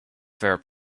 fair